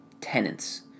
tenants